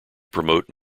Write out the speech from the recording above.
promote